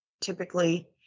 typically